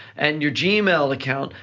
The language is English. and your gmail account,